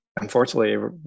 unfortunately